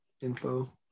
info